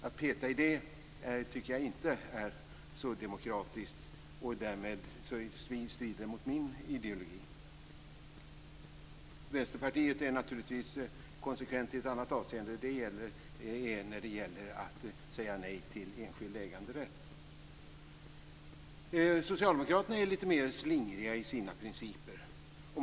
Att peta i det tycker jag inte är demokratiskt. Därmed strider det mot min ideologi. Vänsterpartiet är naturligtvis konsekvent i ett annat avseende, nämligen att säga nej till enskild äganderätt. Socialdemokraterna är mer slingriga i sina principer.